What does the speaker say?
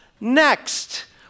next